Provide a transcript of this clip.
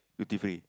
duty free